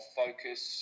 focus